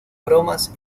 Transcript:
bromas